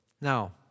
Now